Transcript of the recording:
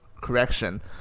correction